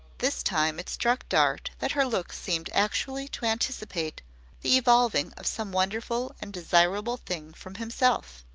this time it struck dart that her look seemed actually to anticipate the evolving of some wonderful and desirable thing from himself.